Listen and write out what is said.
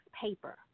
paper